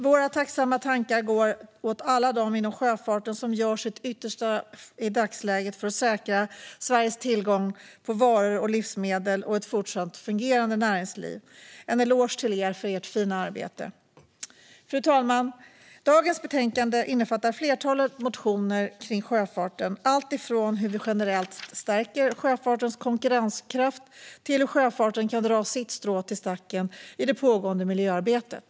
Våra tacksamma tankar går till alla inom sjöfarten som gör sitt yttersta i dagsläget för att säkra Sveriges tillgång på varor och livsmedel och ett fortsatt fungerande näringsliv. En eloge till er för ert fina arbete! Fru talman! Dagens betänkande innefattar ett flertal motioner om sjöfarten, allt från hur vi generellt stärker sjöfartens konkurrenskraft till hur sjöfarten kan dra sitt strå till stacken i det pågående miljöarbetet.